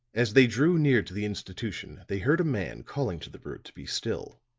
as they drew near to the institution they heard a man calling to the brute to be still.